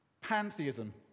Pantheism